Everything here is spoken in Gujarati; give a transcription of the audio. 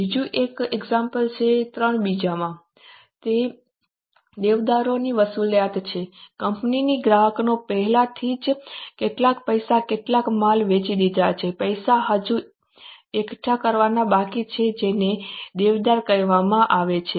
બીજું એક ઉદાહરણ છે જે 3 બીમાં છે તે દેવાદારોની વસૂલાત છે કંપનીએ ગ્રાહકોને પહેલાથી જ કેટલાક પૈસા કેટલાક માલ વેચી દીધા છે પૈસા હજુ એકઠા કરવાના બાકી છે જેને દેવાદાર કહેવામાં આવે છે